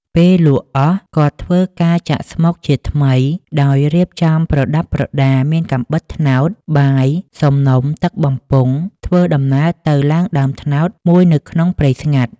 ពេលលក់អស់ គាត់ធ្វើការចាក់ស្មុគជាថ្មីដោយរៀបចំប្រដាប់ប្រដាមានកាំបិតត្នោត បាយ សំណុំទឹកបំពង់ ធ្វើដំណើរទៅឡើងដើមត្នោតមួយនៅក្នុងព្រៃស្ងាត់។